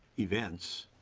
events